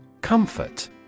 Comfort